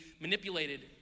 manipulated